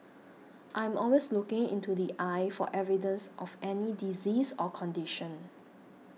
I'm always looking into the eye for evidence of any disease or condition